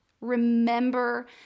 Remember